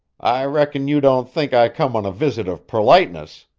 i reckon you don't think i come on a visit of perliteness?